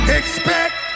expect